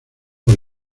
por